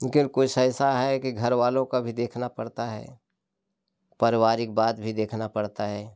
लेकिन कुछ ऐसा है कि घर वालों का भी देखना पड़ता है पारिवारिक बात भी देखना पड़ता है